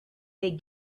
they